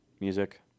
Music